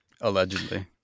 Allegedly